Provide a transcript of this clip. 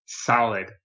Solid